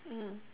mm